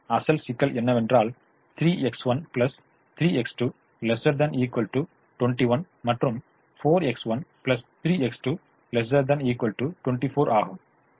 அசல் சிக்கல் என்னவென்றால் 3X1 3X2 ≤ 21 மற்றும் 4X1 3X2 ≤ 24 ஆகும்